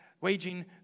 waging